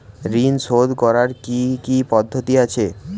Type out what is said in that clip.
ঋন শোধ করার কি কি পদ্ধতি আছে?